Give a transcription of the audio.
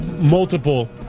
multiple